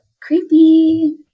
creepy